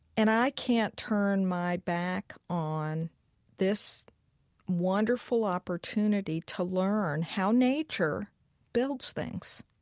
and i can't turn my back on this wonderful opportunity to learn how nature builds things.